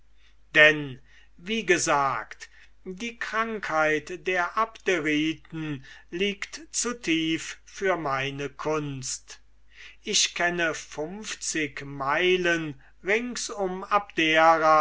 denn wie ich sagte die krankheit der abderiten liegt zu tief für meine kunst ich kenne funfzig meilen rings um